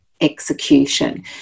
execution